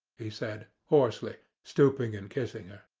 he said, hoarsely, stooping and kissing her.